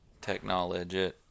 Technology